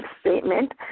statement